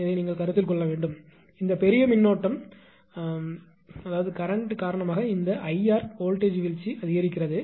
இதை நீங்கள் கருத்தில் கொள்ள வேண்டும் இந்த பெரிய மின்னோட்டம்கரண்ட் காரணமாக இந்த Ir வோல்ட்டேஜ் வீழ்ச்சி அதிகரிக்கிறது